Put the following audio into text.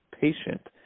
patient